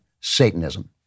Satanism